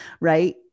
Right